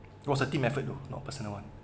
it was a team effort though not personal one